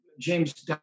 James